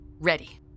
Ready